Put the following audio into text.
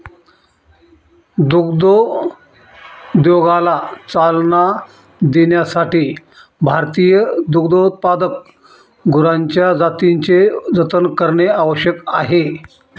दुग्धोद्योगाला चालना देण्यासाठी भारतीय दुग्धोत्पादक गुरांच्या जातींचे जतन करणे आवश्यक आहे